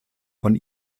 von